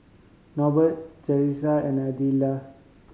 Norbert Jasiah and Adella